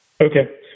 Okay